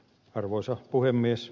arvoisa puhemies